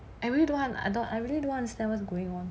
I really don't I really don't understand what's going on